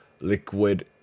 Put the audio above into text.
liquid